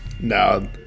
no